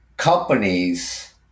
Companies